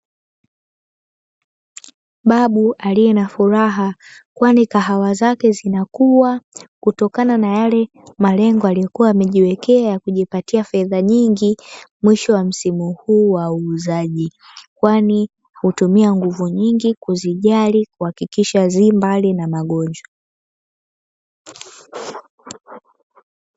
Babu aliye na furaha kwani kahawa zake zinakuwa kutokana na yale malengo, aliyokuwa amejiwekea na kujipatia fedha nyingi mwisho wa msimu huu wa uuzaji, kwani hutumia nguvu nyingi kuzijali kuhakikisha zi mbali na mgonjwa.